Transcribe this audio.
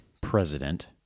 president